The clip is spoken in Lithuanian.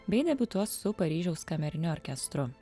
bei debiutuos su paryžiaus kameriniu orkestru